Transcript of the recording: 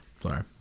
sorry